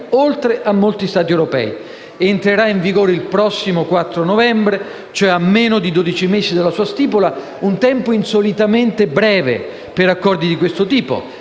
oltre a molti Stati europei. Entrerà in vigore il prossimo 4 novembre, a meno di dodici mesi dalla sua stipula, un tempo insolitamente breve per accordi di questo tipo.